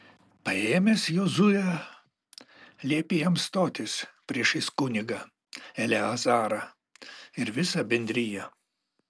paėmęs jozuę liepė jam stotis priešais kunigą eleazarą ir visą bendriją